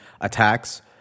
attacks